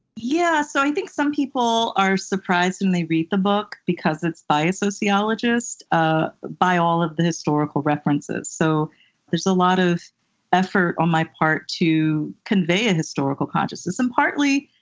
yeah. so i think some people are surprised when they read the book, because it's by a sociologist, ah by all of the historical references. so there's a lot of effort on my part to convey convey a historical consciousness, and partly,